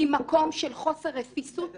ממקום של חוסר רפיסות,